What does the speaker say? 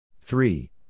Three